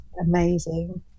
amazing